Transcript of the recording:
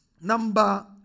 Number